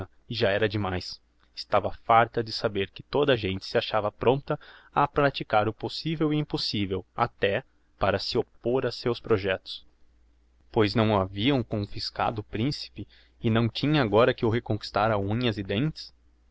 já era demais estava farta de saber que toda a gente se achava prompta a praticar o possivel e o impossivel até para se oppôr a seus projectos pois não haviam confiscado o principe e não tinha agora que o reconquistar a unhas e dentes